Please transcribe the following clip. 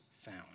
found